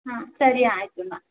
ಹಾಂ ಸರಿ ಆಯ್ತಮ್ಮಾ